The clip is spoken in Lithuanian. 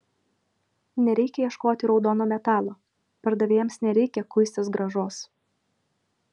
nereikia ieškoti raudono metalo pardavėjams nereikia kuistis grąžos